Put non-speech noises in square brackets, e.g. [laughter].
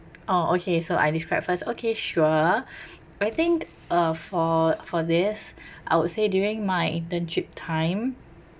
oh okay so I describe first okay sure [breath] I think uh for for this [breath] I would say during my internship time